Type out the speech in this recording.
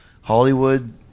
Hollywood